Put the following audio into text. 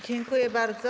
Dziękuję bardzo.